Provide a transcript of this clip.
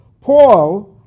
Paul